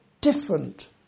different